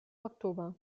oktober